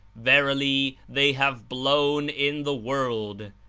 verily, they have blown in the world.